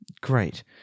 Great